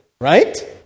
Right